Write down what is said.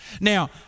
now